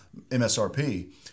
MSRP